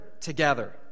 together